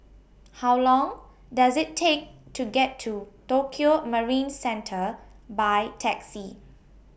How Long Does IT Take to get to Tokio Marine Centre By Taxi